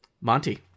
Monty